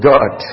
God